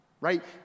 Right